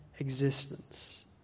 existence